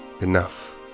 Enough